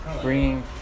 Bringing